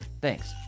Thanks